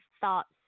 thoughts